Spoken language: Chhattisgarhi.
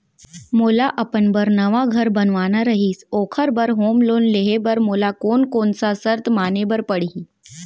मोला अपन बर नवा घर बनवाना रहिस ओखर बर होम लोन लेहे बर मोला कोन कोन सा शर्त माने बर पड़ही?